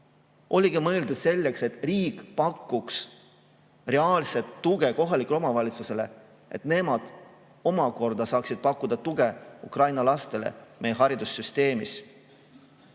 oligi mõeldud selleks, et riik pakuks reaalset tuge kohalikele omavalitsustele, et nemad omakorda saaksid pakkuda meie haridussüsteemis